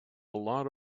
lot